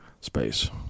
space